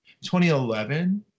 2011